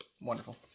Wonderful